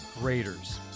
Raiders